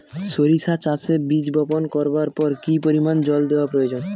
সরিষা চাষে বীজ বপন করবার পর কি পরিমাণ জল দেওয়া প্রয়োজন?